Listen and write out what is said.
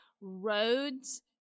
roads